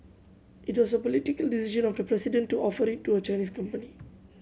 it was a political decision of the president to offer it to a Chinese company